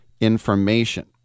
information